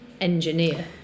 engineer